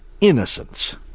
innocence